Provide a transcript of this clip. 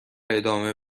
ادامه